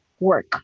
work